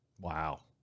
Wow